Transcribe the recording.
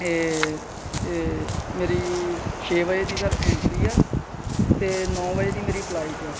ਮੇਰੀ ਛੇ ਵਜੇ ਦੀ ਸਰ ਐਂਟਰੀ ਆ ਅਤੇ ਨੌਂ ਵਜੇ ਦੀ ਮੇਰੀ ਫਲਾਈਟ ਆ